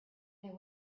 there